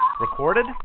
Recorded